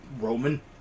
Roman